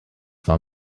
war